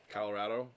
Colorado